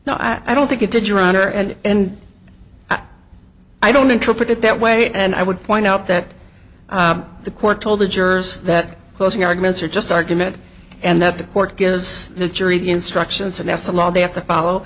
no i don't think it did your honor and i don't interpret it that way and i would point out that the court told the jurors that closing arguments are just argument and that the court gives the jury instructions and that's the law they have to follow